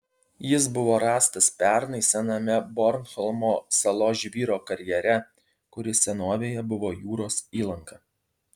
jis buvo rastas pernai sename bornholmo salos žvyro karjere kuris senovėje buvo jūros įlanka